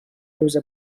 روز